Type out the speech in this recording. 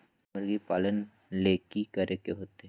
मुर्गी पालन ले कि करे के होतै?